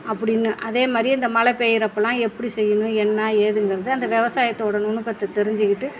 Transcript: அப்படினு அதே மாதிரியே இந்த மழை பெய்கிறப்பலாம் எப்படி செய்யணும் என்ன ஏதுங்கிறதை அந்த விவசாயத்தோட நுணுக்கத்தை தெரிஞ்சுக்கிட்டு